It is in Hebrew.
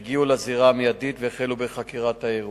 והם הגיעו מיידית לזירה והחלו בחקירת האירוע.